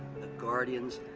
the guardians,